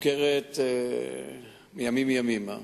מוכרת מימים ימימה,